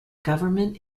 government